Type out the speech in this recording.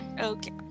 Okay